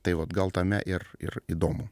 tai vat gal tame ir ir įdomu